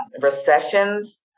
Recessions